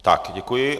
Tak, děkuji.